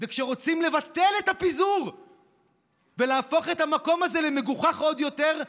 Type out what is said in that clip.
וכשרוצים לבטל את הפיזור ולהפוך את המקום הזה למגוחך עוד יותר,